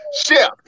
chef